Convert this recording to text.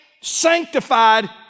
sanctified